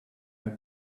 are